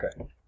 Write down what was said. Okay